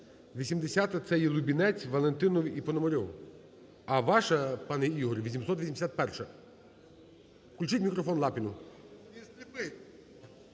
880-а, це є Лубінець, Валентиров і Пономарьов. А ваша, пане Ігор, 881-а. Включіть мікрофон Лапіну.